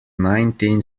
nineteen